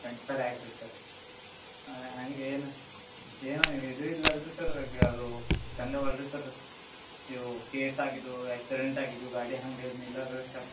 twenty five lakh ರೀ sir ಹಾಗೆ ಏನು ಏನು ಇದು ಇಲ್ಲಲ್ಲ ರೀ ಸರ್ ಅದು ಚಂದ ಅವಲ್ಲ ರೀ ಸರ್ರ ಇವು ಕೇಸ್ ಆಗಿದವು ಆಕ್ಸಿಡೆಂಟ್ ಆಗಿದ್ದು ಗಾಡಿ ಹಂಗೇನು ಇಲ್ಲ ಅಲ್ಲ ರೀ ಸರ್